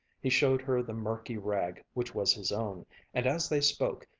he showed her the murky rag which was his own and as they spoke,